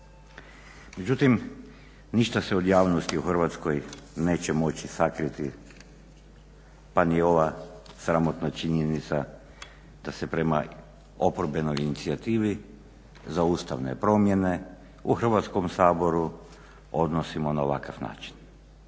Međutim, ništa se od javnosti u Hrvatskoj neće moći sakriti pa ni ova sramotna činjenica da se prema oporbenoj inicijativi za Ustavne promjene u Hrvatskom saboru odnosimo na ovakav način,